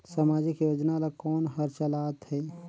समाजिक योजना ला कोन हर चलाथ हे?